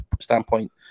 standpoint